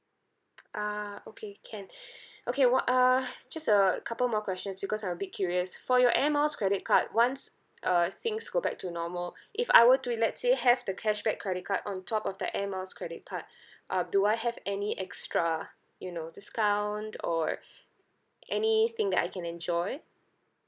ah okay can okay wh~ uh just a couple more questions because I'm a bit curious for your air miles credit card once uh things go back to normal if I were to let's say have the cashback credit card on top of the air miles credit card uh do I have any extra you know discount or anything that I can enjoy